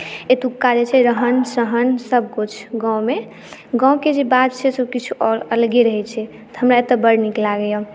एतुका जे छै रहन सहन सभकिछु गाँममे गाँमके जे बात छै ओ किछु आओर अलगे रहैत छै हमरा एतय बड़ नीक लागैए